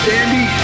Dandy